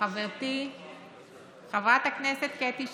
חברתי חברת הכנסת קטי שטרית,